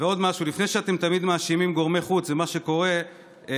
ועוד משהו: לפני שאתם תמיד מאשימים גורמי חוץ במה שקורה בנצרת,